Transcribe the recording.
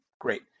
Great